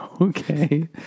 Okay